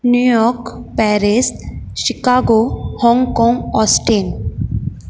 New York Paris Chicago Hong Kong austin